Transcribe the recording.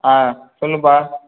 ஆ சொல்லுப்பா